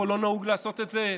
פה לא נהוג לעשות את זה,